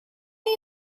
you